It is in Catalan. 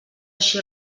així